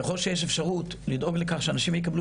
ככול שיש אפשרות לדאוג לכך שאנשים יקבלו